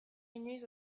inoiz